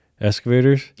excavators